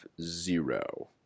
zero